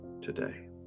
today